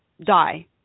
die